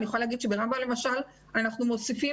אני יכולה להגיד שברמב"ם למשל אנחנו מוסיפים